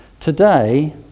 Today